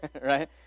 right